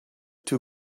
two